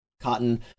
cotton